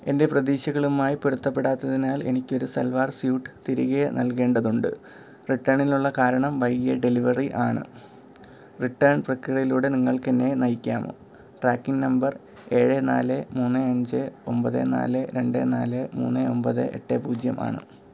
എൻ്റെ പ്രതീക്ഷകളുമായി പൊരുത്തപ്പെടാത്തതിനാൽ എനിക്കൊരു സൽവാർ സ്യൂട്ട് തിരികെ നൽകേണ്ടതുണ്ട് റിട്ടേണിനുള്ള കാരണം വൈകിയ ഡെലിവറി ആണ് റിട്ടേൺ പ്രക്രിയയിലൂടെ നിങ്ങൾക്ക് എന്നെ നയിക്കാമോ ട്രാക്കിംഗ് നമ്പർ ഏഴ് നാല് മൂന്ന് അഞ്ച് ഒമ്പത് നാല് രണ്ട് നാല് മൂന്ന് ഒമ്പത് എട്ട് പൂജ്യം ആണ്